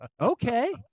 okay